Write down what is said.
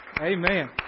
Amen